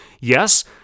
Yes